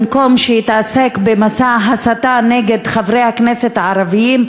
במקום שיתעסק במסע הסתה נגד חברי הכנסת הערבים,